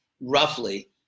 roughly